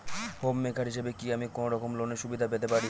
Home maker হিসেবে কি আমি কোনো রকম লোনের সুবিধা পেতে পারি?